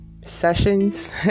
sessions